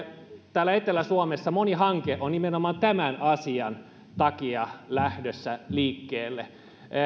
täällä etelä suomessa moni hanke on nimenomaan tämän asian takia lähdössä liikkeelle